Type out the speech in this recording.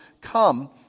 come